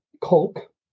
coke